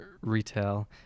retail